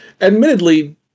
admittedly